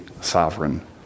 sovereign